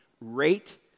rate